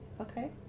Okay